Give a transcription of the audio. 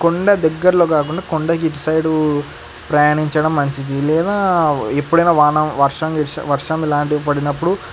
కొండ దగ్గరలో కాకుండా కొండకి ఇటు సైడు ప్రయాణించడం మంచిది లేదా ఎప్పుడైనా వాన వర్షం ఇ వర్షం ఇలాంటివి పడినప్పుడు